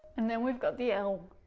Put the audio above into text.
and then we've got the l